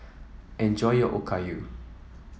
enjoy your Okayu